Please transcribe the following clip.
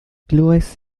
glywais